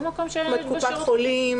זאת אומרת, קופת חולים.